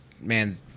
man